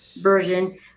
version